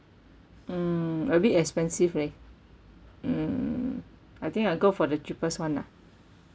mm a bit expensive leh mm I think I go for the cheapest [one] lah